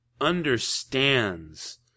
understands